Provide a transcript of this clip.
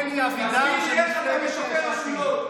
אלי אבידר של מפלגת יש עתיד.